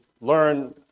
learn